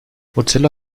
mozilla